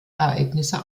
ereignisse